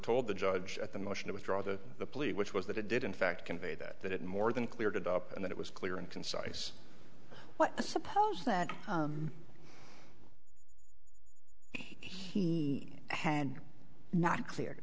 told the judge at the motion to withdraw the police which was that it did in fact convey that that it more than cleared it up and that it was clear and concise what i suppose that he had not clear